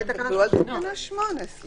אנחנו